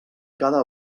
cada